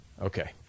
Okay